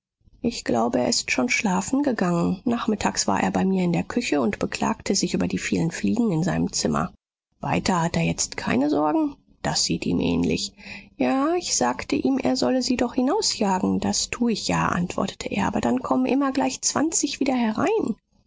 ich glaube er ist schon schlafen gegangen nachmittags war er bei mir in der küche und beklagte sich über die vielen fliegen in seinem zimmer weiter hat er jetzt keine sorgen das sieht ihm ähnlich ja ich sagte ihm er soll sie doch hinausjagen das tu ich ja antwortete er aber dann kommen immer gleich zwanzig wieder herein